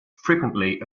frequently